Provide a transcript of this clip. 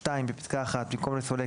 בפסקה (1), במקום "לסולק"